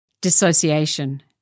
Dissociation